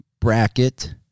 bracket